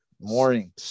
Morning